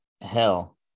hell